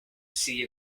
see